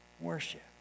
worship